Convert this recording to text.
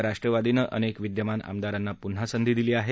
यात राष्ट्रवादीनंअनेक विद्यमान आमदारांना पुन्हा संधी दिली आहे